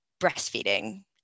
breastfeeding